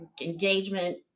engagement